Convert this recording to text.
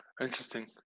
Interesting